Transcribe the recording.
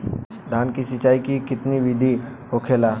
धान की सिंचाई की कितना बिदी होखेला?